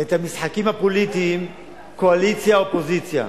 את המשחקים הפוליטיים, קואליציה אופוזיציה.